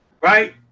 right